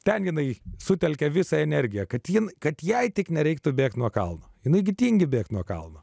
ten jinai sutelkė visą energiją kad ji kad jei tik nereiktų bėgti nuo kalno jinai gi tingi bėgti nuo kalno